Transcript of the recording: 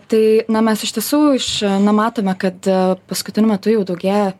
tai na mes iš tiesų iš na matome kad paskutiniu metu jau daugėja